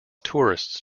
tourists